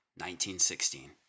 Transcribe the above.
1916